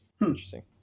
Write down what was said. Interesting